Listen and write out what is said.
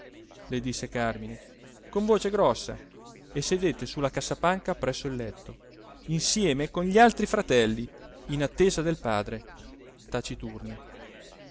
le disse càrmine con voce grossa e sedette su la cassapanca presso il letto insieme con gli altri fratelli in attesa del padre taciturni